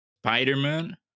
Spider-Man